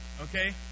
okay